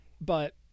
But-